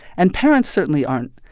and parents certainly aren't,